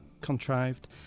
contrived